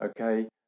okay